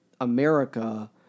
America